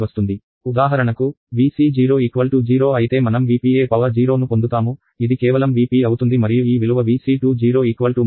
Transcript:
ఉదాహరణకు Vc0 0 అయితే మనం V p e 0 ను పొందుతాము ఇది కేవలం Vp అవుతుంది మరియు ఈ విలువ V c20 V p0 కి సమానంగా ఉంటుంది